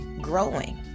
growing